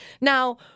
Now